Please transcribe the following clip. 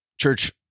Church